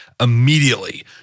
Immediately